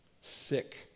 sick